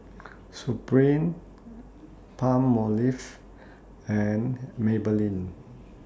Supreme Palmolive and Maybelline